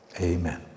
Amen